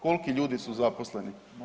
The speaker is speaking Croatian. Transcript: Koliki ljudi su zaposleni.